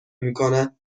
میکنن